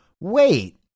wait